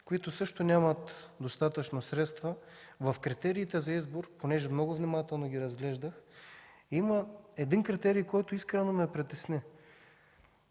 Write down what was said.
които също нямат достатъчно средства, в критериите за избор, понеже ги разглеждах много внимателно, има един критерий, който искрено ме притесни